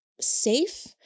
safe